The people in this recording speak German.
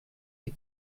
sie